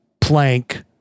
plank